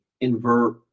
Invert